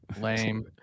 Lame